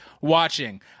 watching